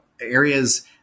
areas